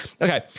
okay